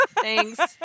Thanks